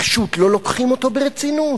פשוט לא לוקחים אותו ברצינות,